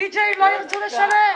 הדי-ג'ייז לא ירצו לשלם.